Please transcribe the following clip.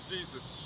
Jesus